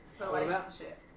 Relationship